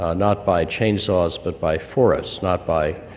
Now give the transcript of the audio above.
ah not by chainsaws, but by forests. not by